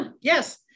yes